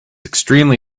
extremely